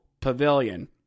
Pavilion